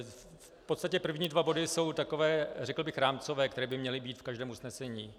V podstatě první dva body jsou takové, řekl bych, rámcové, které by měly být v každém usnesení.